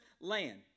land